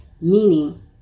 meaning